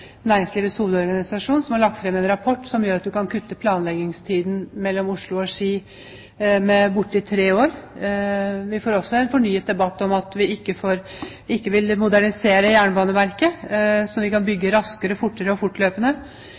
Næringslivets Hovedorganisasjon, som har lagt fram en rapport om at en kan kutte planleggingstiden for strekningen mellom Oslo og Ski med bortimot tre år. Vi får også en fornyet debatt om ikke å modernisere Jernbaneverket, slik at vi kan bygge raskere og fortere og fortløpende.